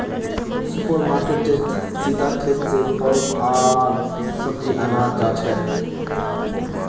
super मार्केटेत सीधा खेत स फल आर सब्जी अनाल जाछेक